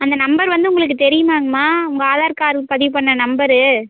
அந்த நம்பர் வந்து உங்களுக்கு தெரியுமாங்கம்மா உங்கள் ஆதார் கார்டு பதிவு பண்ண நம்பரு